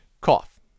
cough